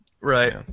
Right